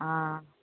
ஆ